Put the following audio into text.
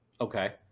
Okay